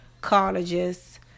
colleges